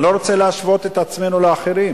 אני לא רוצה להשוות את עצמנו לאחרים,